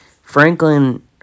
Franklin